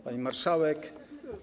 Pani Marszałek!